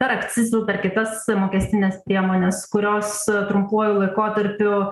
akcizų per kitas mokestines priemones kurios trumpuoju laikotarpiu